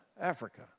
Africa